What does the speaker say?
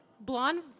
Blonde